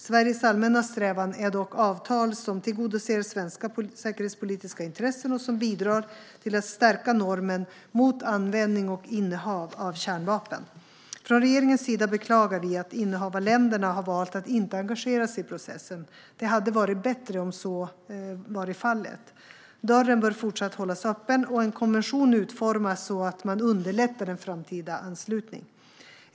Sveriges allmänna strävan är dock avtal som tillgodoser svenska säkerhetspolitiska intressen och som bidrar till att stärka normen mot användning och innehav av kärnvapen. Från regeringens sida beklagar vi att innehavarländerna har valt att inte engagera sig i processen. Det hade varit bättre om så hade varit fallet. Dörren bör fortsatt hållas öppen och en konvention utformas så att man underlättar en framtida anslutning.